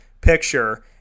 picture